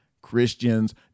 Christians